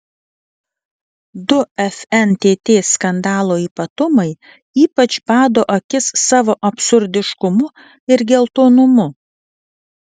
du fntt skandalo ypatumai ypač bado akis savo absurdiškumu ir geltonumu